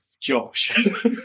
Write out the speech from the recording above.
Josh